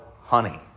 honey